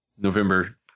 November